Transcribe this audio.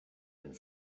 and